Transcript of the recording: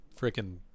freaking